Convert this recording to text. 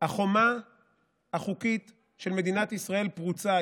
החומה החוקית של מדינת ישראל פרוצה.